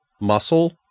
muscle